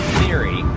theory